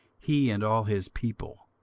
he and all his people,